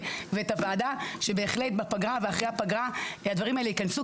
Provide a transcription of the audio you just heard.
ואת הוועדה שבהחלט בפגרה ואחרי הפגרה הדברים האלה ייכנסו,